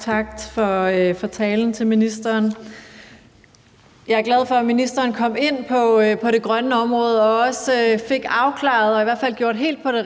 tak for talen til ministeren. Jeg er glad for, at ministeren kom ind på det grønne område og også fik afklaret og i hvert fald sagt